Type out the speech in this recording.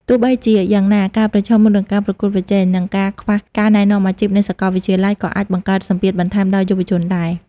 ទោះបីជាយ៉ាងណា ការប្រឈមមុខនឹងការប្រកួតប្រជែង និងការខ្វះការណែនាំអាជីពនៅសាកលវិទ្យាល័យក៏អាចបង្កើតសម្ពាធបន្ថែមដល់យុវជនដែរ។